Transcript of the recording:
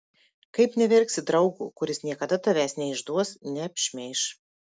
kaip neverksi draugo kuris niekada tavęs neišduos neapšmeiš